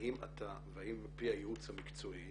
האם אתה והאם על פי הייעוץ המקצועי